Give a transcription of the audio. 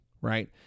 right